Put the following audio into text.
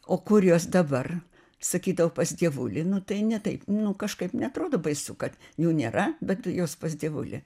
o kur jos dabar sakydavo pas dievulį nu tai ne taip nu kažkaip neatrodo baisu kad jų nėra bet jos pas dievulį